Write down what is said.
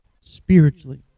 spiritually